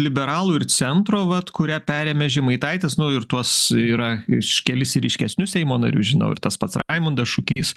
liberalų ir centro vat kurią perėmė žemaitaitis nu ir tuos yra iš kelis ryškesnius seimo narius žinau ir tas pats raimundas šukys